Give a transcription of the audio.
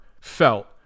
felt